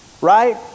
Right